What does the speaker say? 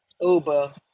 Uber